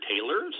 tailors